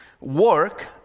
Work